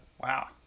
Wow